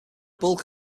bulk